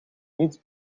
niets